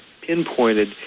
pinpointed